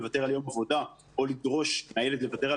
לוותר על יום עבודה או לדרוש מהילד לוותר על